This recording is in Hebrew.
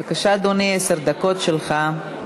בבקשה, אדוני, עשר דקות שלך.